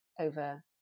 over